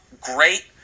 great